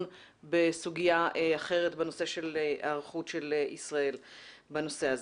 בסוגיה אחרת בנושא של ההיערכות של ישראל בנושא הזה.